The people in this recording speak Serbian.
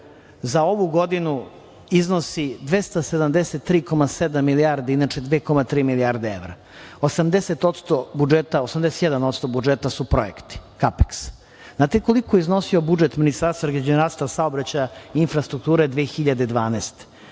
za ovu godinu iznosi 273,7 milijardi, inače 2,3 milijarde evra, 81% budžeta su projekti, kapeks. Znate, koliko je iznosio budžet Ministarstva građevinarstva, saobraćaja i infrastrukture 2012.